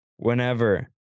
Whenever